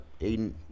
Aiden